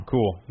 Cool